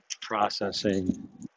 processing